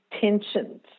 tensions